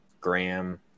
Graham